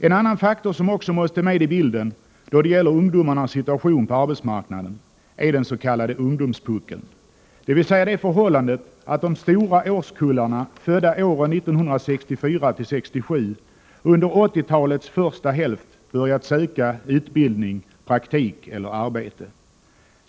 En annan faktor som också måste med i bilden då det gäller ungdomarnas situation på arbetsmarknaden är den s.k. ungdomspuckeln, dvs. det förhållandet att de stora årskullarna, födda åren 1964-1967, under 1980 talets första hälft börjat söka utbildning, praktik eller arbete.